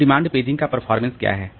अब demand paging का performance क्या है